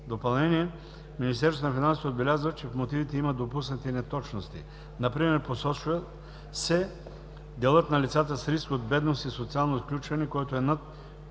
допълнение Министерството на финансите отбелязва, че в мотивите има допуснати неточности, например посочва се делът на лицата в риск от бедност и социално изключване, който е над